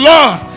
Lord